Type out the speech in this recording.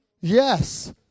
Yes